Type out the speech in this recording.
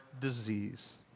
disease